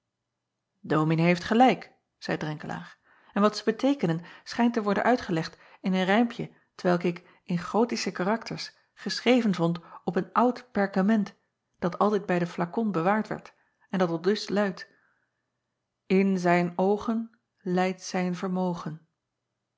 ominee heeft gelijk zeî renkelaer en wat zij beteekenen schijnt te worden uitgelegd in een rijmpje t welk ik in othische karakters geschreven vond op een oud perkament dat altijd bij den flakon bewaard werd en dat aldus luidt n zijn oogen eyt zijn vermogen